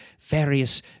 various